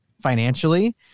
financially